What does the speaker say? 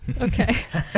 Okay